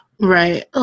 Right